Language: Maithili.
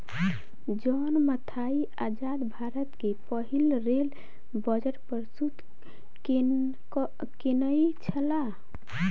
जॉन मथाई आजाद भारत के पहिल रेल बजट प्रस्तुत केनई छला